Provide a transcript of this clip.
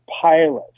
pilot